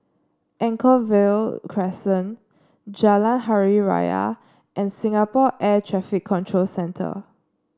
Anchorvale Crescent Jalan Hari Raya and Singapore Air Traffic Control Centre